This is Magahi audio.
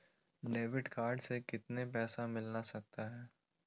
डेबिट कार्ड से कितने पैसे मिलना सकता हैं?